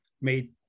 made